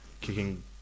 kicking